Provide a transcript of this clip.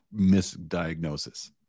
misdiagnosis